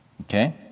Okay